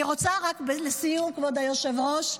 אני רוצה רק לסיום, כבוד היושב-ראש,